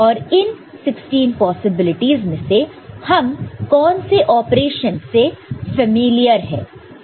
और इन 16 पॉसिबिलिटीज में से हम कौन से ऑपरेशन से फैमिलियर है